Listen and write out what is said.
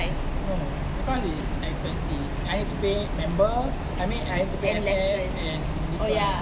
no because is expensive I have to paid member I mean I have to pay lesson and this [one]